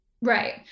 Right